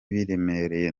biremereye